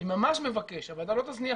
אבל אני ממש מבקש שהוועדה לא תזניח